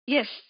Yes